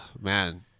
Man